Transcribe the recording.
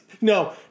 No